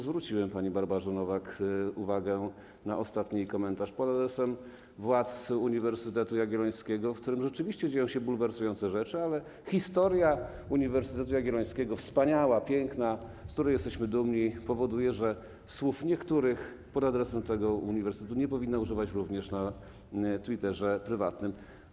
Zwróciłem pani Barbarze Nowak uwagę na ostatni jej komentarz pod adresem władz Uniwersytetu Jagiellońskiego, na którym rzeczywiście dzieją się bulwersujące rzeczy, ale historia Uniwersytetu Jagiellońskiego, wspaniała, piękna, z której jesteśmy dumni, powoduje, że słów niektórych pod adresem tego uniwersytetu nie powinna używać również na Twitterze prywatnym.